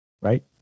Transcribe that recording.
right